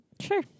Sure